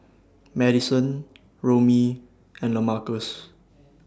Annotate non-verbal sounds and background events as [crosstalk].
Madisen [noise] Romie [noise] and Lamarcus